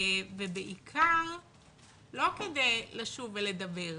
ובעיקר לא כדי לשוב ולדבר,